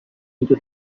into